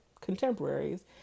contemporaries